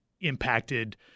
impacted